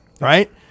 right